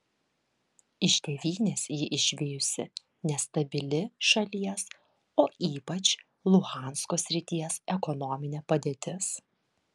iš tėvynės jį išvijusi nestabili šalies o ypač luhansko srities ekonominė padėtis